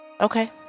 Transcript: okay